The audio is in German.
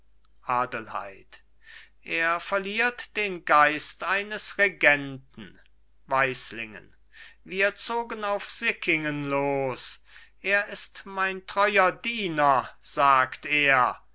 adelheid er verliert den geist eines regenten weislingen wir zogen auf sickingen los er ist mein treuer diener sagt er